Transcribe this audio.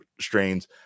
strains